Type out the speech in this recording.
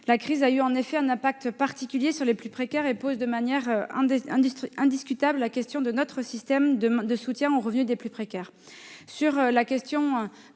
La crise a eu un impact particulier sur les précaires, ce qui pose de manière indiscutable la question de notre système de soutien aux revenus des plus précaires. J'ai